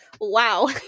Wow